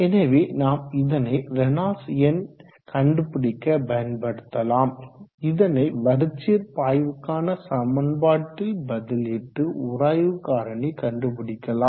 எனவே நாம் இதனை ரேனால்ட்ஸ் எண் கண்டுபிடிக்க பயன்படுத்தலாம் இதனை வரிச்சீர் பாய்வுக்கான சமன்பாட்டில் பதிலிட்டு உராய்வு காரணி கண்டுபிடிக்கலாம்